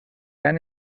han